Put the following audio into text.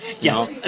Yes